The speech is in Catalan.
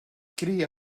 cria